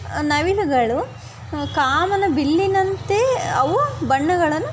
ನವಿಲುಗಳು ಕಾಮನಬಿಲ್ಲಿನಂತೆ ಅವು ಬಣ್ಣಗಳನ್ನು